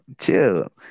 chill